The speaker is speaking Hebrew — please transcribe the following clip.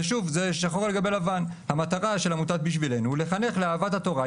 וזה שחור על גבי לבן: המטרה של עמותת בשבילנו היא לחנך לאהבת התורה,